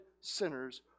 sinners